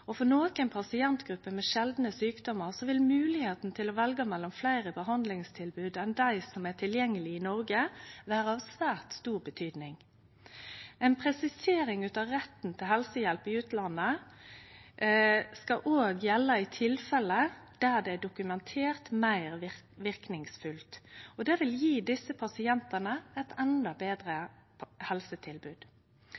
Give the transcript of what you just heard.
og for nokre pasientgrupper med sjeldne sjukdommar vil moglegheita til å velje mellom fleire behandlingstilbod enn dei som er tilgjengelege i Noreg, bety svært mykje. Ei presisering av at retten til helsehjelp i utlandet òg skal gjelde i tilfelle der det er dokumentert meir verknadsfullt, vil gje desse pasientane eit endå betre